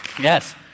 Yes